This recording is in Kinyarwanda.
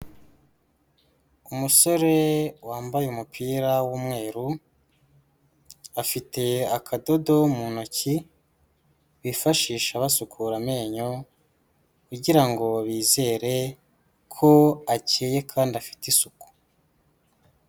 Umusore wambaye umupira w'umweru, afite akadodo mu ntoki bifashisha basukura amenyo, kugira ngo bizere ko akeye kandi afite isuku.